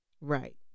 Right